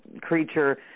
creature